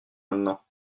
maintenant